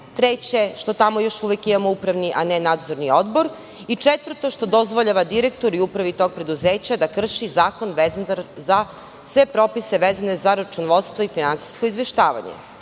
treće - što tamo još imamo upravni, a ne nadzorni odbor i četvrto - što dozvoljava direktoru i upravi tog preduzeća da krši zakon vezano za sve propise vezane za računovodstvo i finansijsko izveštavanje. Ako